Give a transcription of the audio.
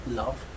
love